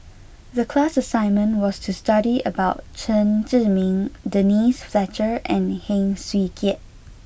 the class assignment was to study about Chen Zhiming Denise Fletcher and Heng Swee Keat